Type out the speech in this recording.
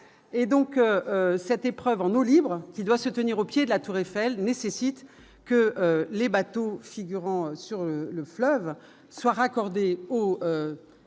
et donc cette épreuve en eau libre, qui doit se tenir au pied de la Tour Eiffel nécessite que les bateaux figurant sur le fleuve soit raccordé au